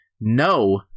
no